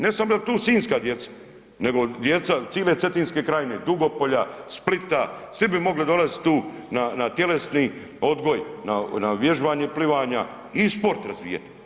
Ne samo da tu sinjska djeca, nego djeca cile Cetinske krajine, Dugopolja, Splita, svi bi mogli dolaziti tu na tjelesni odgoj, na vježbanje plivanja i sport razvijat.